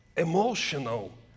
emotional